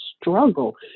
struggle